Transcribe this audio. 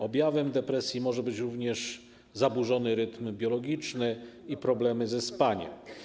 Objawem depresji może być również zaburzony rytm biologiczny i problemy ze spaniem.